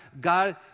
God